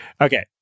Okay